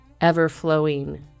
ever-flowing